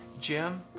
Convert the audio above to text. Jim